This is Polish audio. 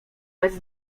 bez